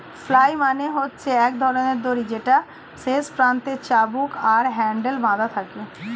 flail মানে হচ্ছে এক ধরণের দড়ি যেটার শেষ প্রান্তে চাবুক আর হ্যান্ডেল বাধা থাকে